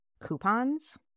coupons